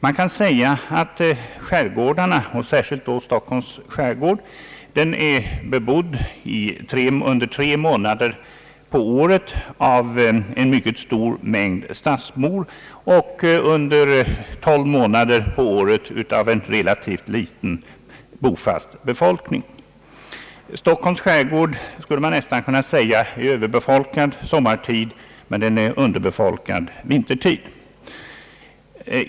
Man kan säga att skärgårdarna, särskilt Stockholms, under tre månader om året är bebodda av en mycket stor mängd stadsbor och under tolv månader om året av en relativt liten bofast befolkning. Stockholms skärgård, skulle man nästan kunna säga, är Överbefolkad sommartid men underbefolkad vintertid.